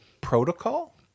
Protocol